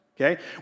Okay